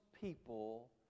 people